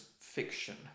fiction